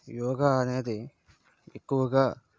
యోగ అనేది ఎక్కువగా